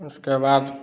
उसके बाद